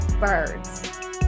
Birds